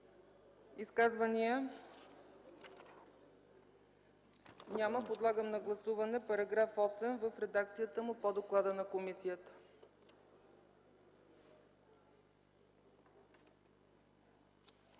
Изказвания? Няма. Подлагам на гласуване § 5 в редакцията му по доклада на комисията.